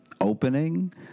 opening